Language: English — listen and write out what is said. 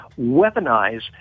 weaponize